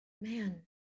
Man